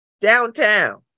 downtown